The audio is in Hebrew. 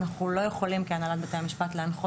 אנחנו לא יכולים כהנהלת בתי המשפט להנחות